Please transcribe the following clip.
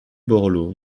borloo